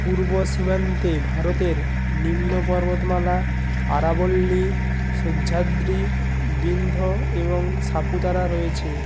পূর্ব সীমান্তে ভারতের নিম্ন পর্বতমালা আরাবল্লী সহ্যাদ্রি বিন্ধ্য এবং সাপুতারা রয়েছে